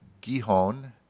Gihon